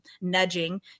nudging